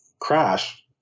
crash